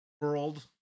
world